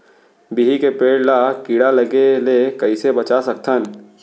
बिही के पेड़ ला कीड़ा लगे ले कइसे बचा सकथन?